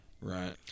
Right